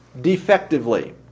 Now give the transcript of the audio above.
defectively